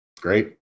great